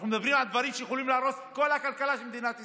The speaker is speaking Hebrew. אנחנו מדברים על דברים שיכולים להרוס את כל הכלכלה של מדינת ישראל.